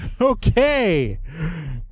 Okay